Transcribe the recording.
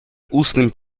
устным